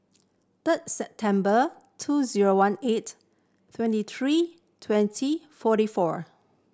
third September two zero one eigh twenty three twenty forty four